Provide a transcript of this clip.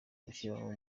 gushyiraho